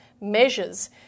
measures